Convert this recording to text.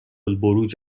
البروج